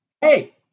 hey